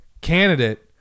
candidate